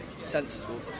sensible